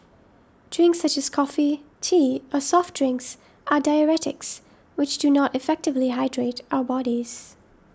drinks such as coffee tea or soft drinks are diuretics which do not effectively hydrate our bodies